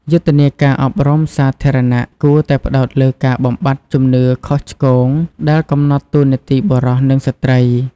យុទ្ធនាការអប់រំសាធារណៈគួរតែផ្តោតលើការបំបាត់ជំនឿខុសឆ្គងដែលកំណត់តួនាទីបុរស និងស្ត្រី។